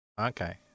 Okay